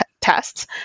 tests